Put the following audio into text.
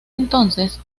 entonces